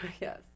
Yes